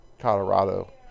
Colorado